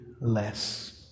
less